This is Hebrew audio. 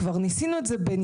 לשניים.